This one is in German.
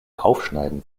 aufschneiden